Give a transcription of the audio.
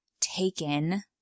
taken